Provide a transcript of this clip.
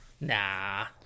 Nah